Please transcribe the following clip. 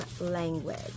language